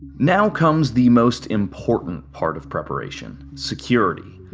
now comes the most important part of preparation security.